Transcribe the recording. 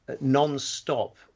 non-stop